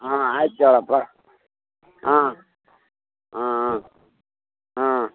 ಹಾಂ ಆಯ್ತು ಹೇಳಪ್ಪ ಹಾಂ ಹಾಂ ಹಾಂ